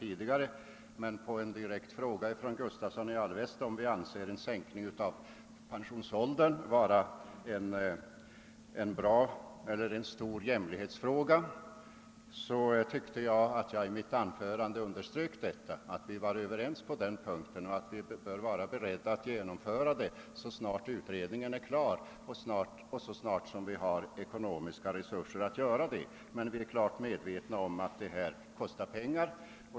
Som svar på herr Gustavssons direkta fråga, om vi anser att en allmän sänkning av pensionsåldern är en stor jämlikhetsfråga, vill jag säga att jag i mitt anförande underströk att vi var överens på den punkten och att vi bör vara beredda att genomföra en sådan sänkning av pensionsåldern, så snart utredningen är klar och de ekonomiska resurserna finns. Men vi är klart medvetna om att detta kostar pengar.